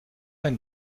ein